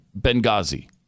Benghazi